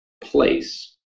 place